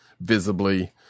visibly